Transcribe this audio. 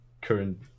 current